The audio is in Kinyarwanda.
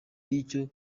y’icyo